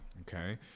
okay